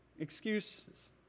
excuses